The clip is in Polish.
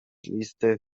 listy